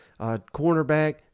cornerback